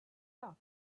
tough